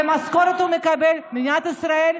והוא מקבל משכורת ממדינת ישראל,